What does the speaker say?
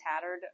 tattered